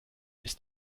ist